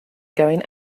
going